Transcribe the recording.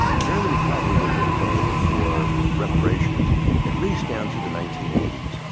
germany probably would have been paying for reparations at least down to the nineteen eighty s.